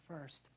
first